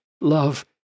love